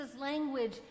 language